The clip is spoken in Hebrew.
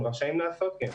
הם רשאים לעשות כן.